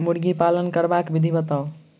मुर्गी पालन करबाक विधि बताऊ?